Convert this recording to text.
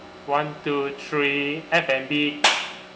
one two three F&B